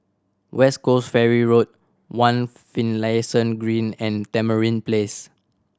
West Coast Ferry Road One Finlayson Green and Tamarind Place